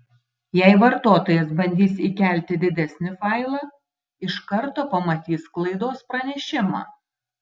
jei vartotojas bandys įkelti didesnį failą iš karto pamatys klaidos pranešimą